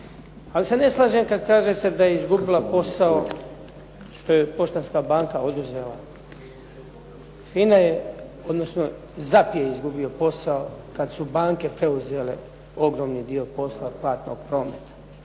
Ali se ne slažem kada kažete da je izgubila posao što je Poštanska banka oduzela. FINA je odnosno ZAP je izgubio posao kada su banke preuzele ogromni dio posla platnog prometa.